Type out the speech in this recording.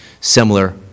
similar